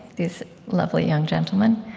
these lovely young gentlemen,